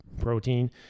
protein